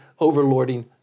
overlording